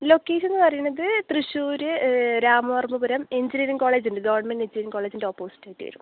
location എന്ന് പറയുന്നത് Thrissur Ramavarmapuram engineering കോളേജുണ്ട് ഗവൺമെൻറ്റ് എഞ്ചിനീയറിംഗ് കോളേജിൻ്റെ ഓപ്പോസിറ്റ് വരും